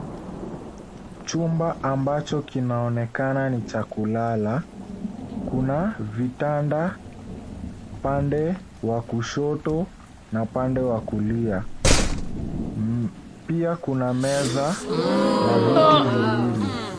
Chumba ambacho kinaonekana ni cha kulala. Kuna vitanda pande wa kushoto na pande wa kulia. Pia kuna meza na viti viwili.